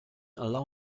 allow